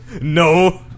No